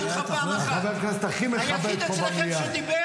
חבר הכנסת הכי מכבד פה במליאה.